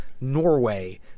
Norway